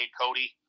Cody